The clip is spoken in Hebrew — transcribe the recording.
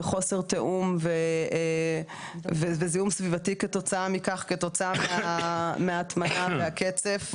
חוסר תיאום וזיהום סביבתי כתוצאה מההטמנה והקצף.